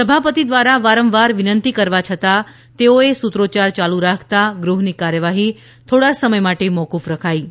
સભાપતિ દ્વારા વારંવાર વિનંતી કરવા છતાં તેઓએ સૂત્રોચ્યાર ચાલુ રાખતા ગૃહની કાર્યવાહી થોડાં સમય માટે મોકુફ રખાઈ હતી